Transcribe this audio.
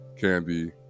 candy